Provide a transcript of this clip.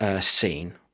scene